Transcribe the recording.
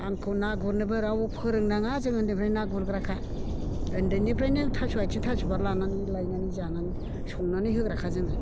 आंखौ ना गुरनोबो रावबो फोरों नाङा जोङो उॆन्दैनिफ्रायनो ना गुरग्राखा उन्दैनिफ्रायनो थास' आइथिं थास' बिबार लायनानै जानानै संनानै होग्राखा जोङो